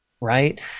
right